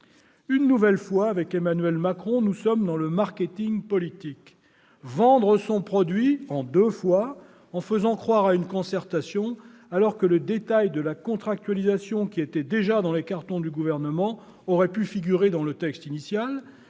Une nouvelle fois, avec Emmanuel Macron, nous sommes dans le marketing politique : il s'agit de vendre son produit en deux fois en faisant croire à une concertation, alors que le détail de la contractualisation, qui était déjà dans les cartons du Gouvernement, aurait pu figurer dans le texte initial,